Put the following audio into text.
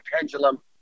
pendulum